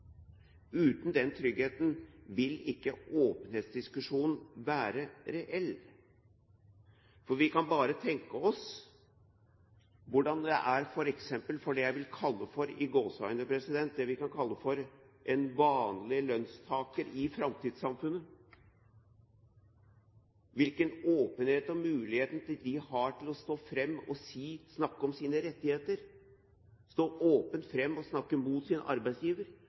Uten den tryggheten vil ikke åpenhetsdiskusjonen være reell. Vi kan bare tenke oss hvordan det er f.eks. for det vi kan kalle for «vanlige lønnstakere» i framtidssamfunnet, hvilken åpenhet og hvilke muligheter de har til å stå fram og snakke om sine rettigheter, stå åpent fram og snakke mot sin arbeidsgiver,